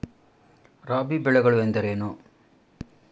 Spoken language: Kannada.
ರಾಬಿ ಬೆಳೆಗಳು ಎಂದರೇನು?